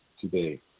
today